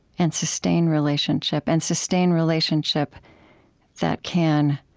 and sustain relationship and sustain relationship that can